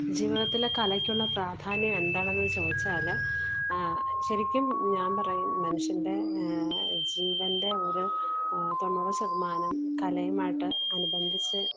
ജീവിതത്തില് കലയ്ക്കുള്ള പ്രാധാന്യം എന്താണെന്ന് ചോദിച്ചാല് ശെരിക്കും ഞാൻ പറയും മനുഷ്യൻ്റെ ജീവൻ്റെ ഒരു തൊണ്ണൂറു ശതമാനം കലയുമായിട്ട് അനുബന്ധിച്ച്